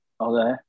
Okay